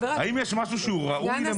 האם יש משהו שהוא ראוי למעון יום?